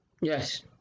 Yes